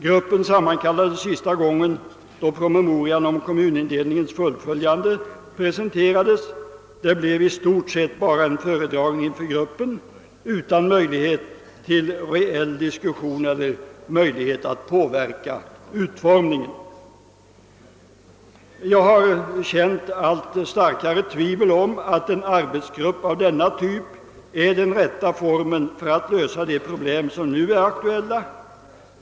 Gruppen sammankallades sista gången då promemorian om kommunindelningens fullföljande presenterades. Det blev i stort sett bara en föredragning inför gruppen utan möjlighet till reell diskussion eller möjlighet att påverka utformningen. Jag har känt allt starkare tvivel på att en arbetsgrupp av denna typ är den rätta formen för att lösa de problem som nu är aktuella.